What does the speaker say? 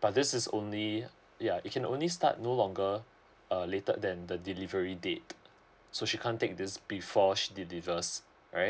but this is only yeah it can only start no longer uh later than the delivery date so she can't take this before she delivers right